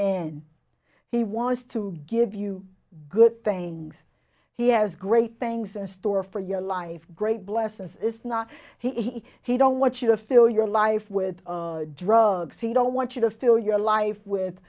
in he wants to give you good things he has great things in store for your life great blessings is not he he don't want you to fill your life with drugs he don't want you to fill your life with